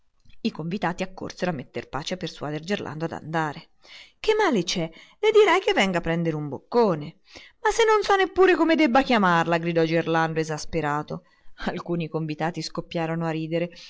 i convitati accorsero a metter pace a persuadere gerlando a andare che male c'è le dirai che venga a prendere un boccone ma se non so neppure come debba chiamarla gridò gerlando esasperato alcuni convitati scoppiarono a ridere